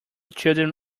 children